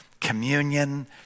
communion